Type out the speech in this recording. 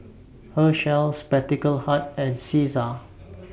Herschel Spectacle Hut and Cesar